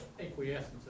acquiescence